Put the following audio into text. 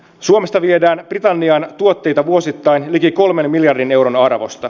suomesta viedään britanniaan tuotteita vuosittain liki kolmen miljardin euron arvosta